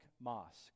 mosque